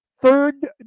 Third